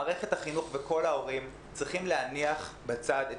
מערכת החינוך וכל ההורים צריכים להניח בצד את